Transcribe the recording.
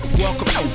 welcome